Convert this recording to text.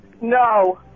No